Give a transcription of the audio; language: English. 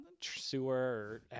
sewer